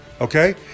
okay